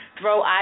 throw